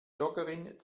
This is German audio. joggerin